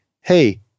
hey